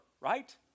right